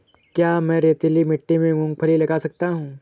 क्या मैं रेतीली मिट्टी में मूँगफली लगा सकता हूँ?